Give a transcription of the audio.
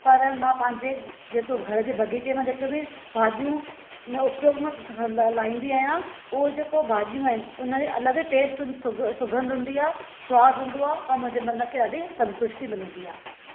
पर मां पंहिंजे जेको घर जे बाग़ीचे मां जेके बि भाॼियूं उपयोग में हलाईंदी आहियां उहे जेके भाॼियूं आहिनि हुन जो अलॻि टेस्ट सुगंध हूंदी आहे सवादु हूंदो आहे ऐं मुंहिंजे मन खें ॾाढी संतुष्टी मिलंदी आहे